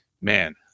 man